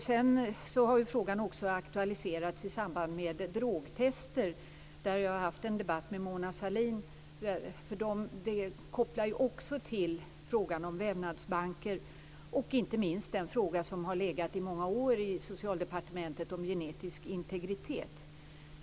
Frågan har också aktualiserats i samband med frågan om drogtester, som jag har haft en debatt om med Mona Sahlin. Den har ju också en koppling till frågan om vävnadsbanker och inte minst till den fråga som har legat i många år i Socialdepartementet om genetisk integritet.